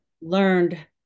learned